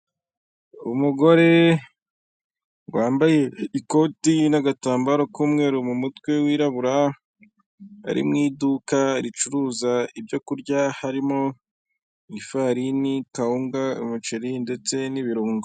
Umugore wambaye ikoti n'agatambaro k'umweru mu mutwe wirabura, ari mu iduka ricuruza ibyo kurya harimo ifarini, kawunga, umuceri ndetse n'ibirungo.